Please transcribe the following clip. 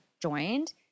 joined